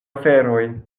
aferoj